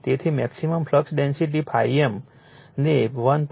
તેથી maximum flux density ∅m ને 1